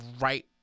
right